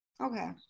Okay